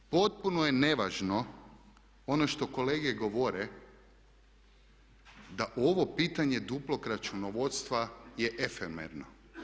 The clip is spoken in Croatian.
Potpuno je nevažno ono što kolege govore da ovo pitanje duplog računovodstva je efemerno.